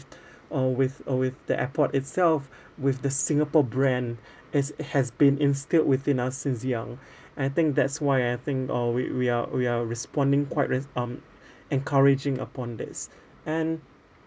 or with uh with the airport itself with the singapore brand has has been instilled within us since young and I think that's why I think oh we we are we are responding quite res~ um encouraging upon this and